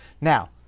Now